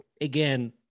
again